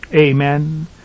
amen